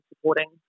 supporting